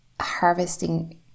harvesting